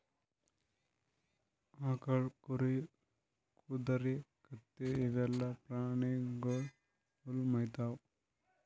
ಆಕಳ್, ಕುರಿ, ಕುದರಿ, ಕತ್ತಿ ಇವೆಲ್ಲಾ ಪ್ರಾಣಿಗೊಳ್ ಹುಲ್ಲ್ ಮೇಯ್ತಾವ್